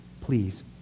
please